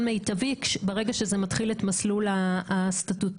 מיטבי ברגע שזה מתחיל את המסלול הסטטוטורי.